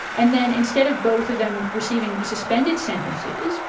and then instead of both of them receiving suspended sentences,